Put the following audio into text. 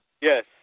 Yes